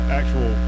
actual